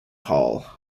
hall